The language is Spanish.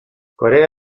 corea